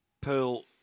Pearl